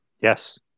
Yes